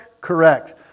correct